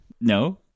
no